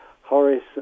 Horace